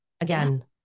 Again